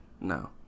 no